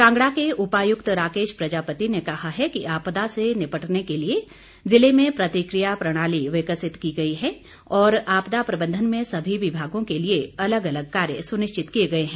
कांगड़ा के उपायुक्त राकेश प्रजापति ने कहा है कि आपदा से निपटने के लिये जिले में प्रतिक्रिया प्रणाली विकसित की गई है और आपदा प्रबंधन में सभी विभागों के लिये अलग अलग कार्य सुनिश्चित किये गए हैं